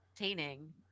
entertaining